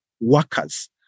workers